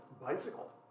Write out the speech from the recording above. Bicycle